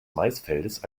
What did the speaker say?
maisfeldes